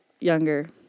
younger